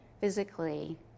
physically